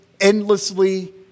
endlessly